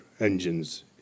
engines